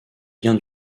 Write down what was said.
bien